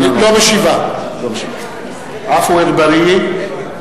אינה משתתפת בהצבעה עפו אגבאריה,